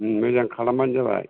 मोजां खालामबानो जाबाय